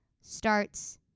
starts